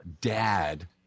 dad